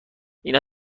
اینا